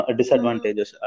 disadvantages